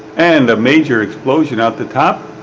and a major explosion at the top.